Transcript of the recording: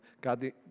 God